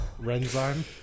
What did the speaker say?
Renzyme